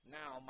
now